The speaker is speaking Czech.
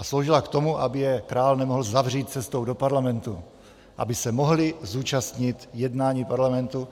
Sloužila k tomu, aby je král nemohl zavřít cestou do parlamentu, aby se mohli zúčastnit jednání parlamentu.